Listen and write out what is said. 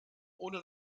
ohne